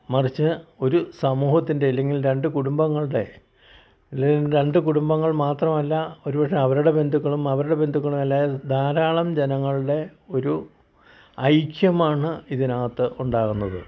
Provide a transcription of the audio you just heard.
മറിച്ച് ഒരു സമൂഹത്തിൻ്റെ അല്ലെങ്കിൽ രണ്ട് കുടുംബങ്ങളുടെ അല്ലങ്കിൽ രണ്ട് കുടുംബങ്ങൾ മാത്രമല്ല ഒരുപക്ഷേ അവരുടെ ബന്ധുക്കളും അവരുടെ ബന്ധുക്കളും എല്ലാ ധാരാളം ജനങ്ങളുടെ ഒരു ഐക്യമാണ് ഇതിനകത്ത് ഉണ്ടാവുന്നത്